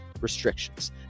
restrictions